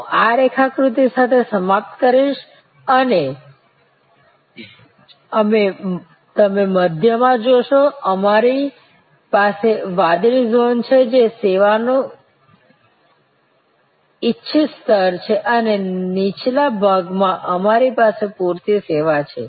હું આ રેખાકૃતિ સાથે સમાપ્ત કરીશ અને તમે મધ્યમાં જોશો અમારી પાસે વાદળી ઝોન છે જે સેવાનું તે ઇચ્છિત સ્તર છે અને નીચલા ભાગમાં અમારી પાસે પૂરતી સેવા છે